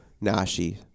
Nashi